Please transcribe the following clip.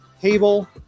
table